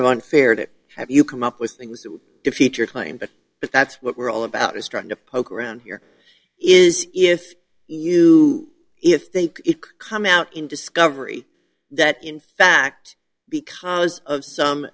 of unfair to have you come up with things to fit your claim that that's what we're all about is trying to poke around here is if you if they come out in discovery that in fact because of some